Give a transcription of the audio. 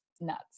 nuts